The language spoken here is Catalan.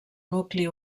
nucli